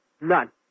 none